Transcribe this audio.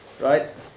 right